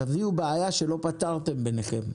תביאו בעיה שלא פתרתם ביניכם.